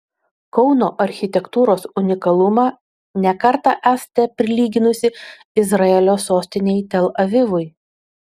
kauno architektūros unikalumą ne kartą esate prilyginusi izraelio sostinei tel avivui